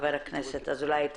חבר הכנסת אזולאי,